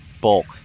bulk